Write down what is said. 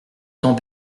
temps